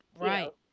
right